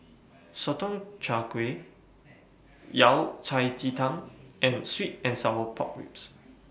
Sotong Char Kway Yao Cai Ji Tang and Sweet and Sour Pork Ribs